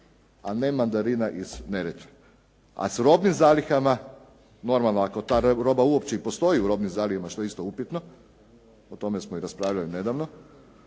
a ne mandarina iz Neretve. A s robnim zalihama, normalno ako ta roba uopće i postoji u robnim zalihama, što je isto upitno, o tome smo i raspravljali nedavno,